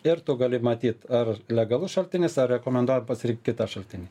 ir tu gali matyt ar legalus šaltinis ar rekomenduojam pasirinkt kitą šaltinį